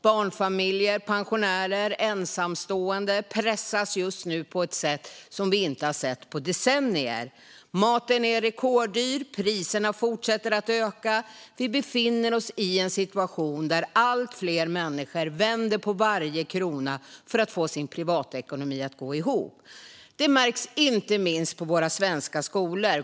Barnfamiljer, pensionärer och ensamstående pressas just nu på ett sätt som vi inte har sett på decennier. Maten är rekorddyr, priserna fortsätter att öka och vi befinner oss i en situation där allt fler människor vänder på varje krona för att få sin privatekonomi att gå ihop. Detta märks inte minst på våra svenska skolor.